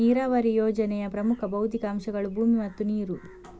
ನೀರಾವರಿ ಯೋಜನೆಯ ಪ್ರಮುಖ ಭೌತಿಕ ಅಂಶಗಳು ಭೂಮಿ ಮತ್ತು ನೀರು